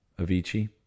Avicii